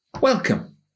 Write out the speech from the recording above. Welcome